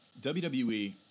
WWE